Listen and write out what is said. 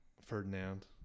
Ferdinand